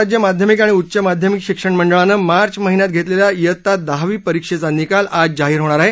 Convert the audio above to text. राज्य माध्यमिक आणि उच्च माध्यमिक शिक्षणमंडळानं मार्च महिन्यात घेतलेल्या वित्ता दहावी परीक्षेचा निकाल आज जाहीर होणार आहे